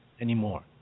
anymore